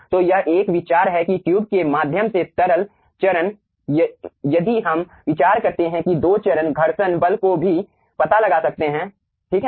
तो यह एक विचार है कि ट्यूब के माध्यम से तरल चरण यदि हम विचार करते हैं कि तो दो चरण घर्षण बल को भी पता लगा सकते हैं ठीक है